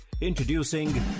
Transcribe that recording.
Introducing